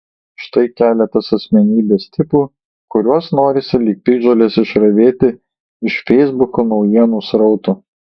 štai keletas asmenybės tipų kuriuos norisi lyg piktžoles išravėti iš feisbuko naujienų srauto